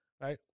right